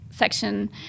Section